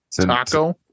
Taco